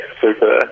super